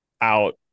out